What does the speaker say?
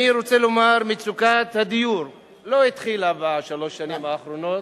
אני רוצה לומר שמצוקת הדיור לא התחילה בשלוש השנים האחרונות.